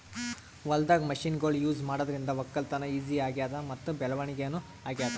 ಹೊಲ್ದಾಗ್ ಮಷಿನ್ಗೊಳ್ ಯೂಸ್ ಮಾಡಾದ್ರಿಂದ ವಕ್ಕಲತನ್ ಈಜಿ ಆಗ್ಯಾದ್ ಮತ್ತ್ ಬೆಳವಣಿಗ್ ನೂ ಆಗ್ಯಾದ್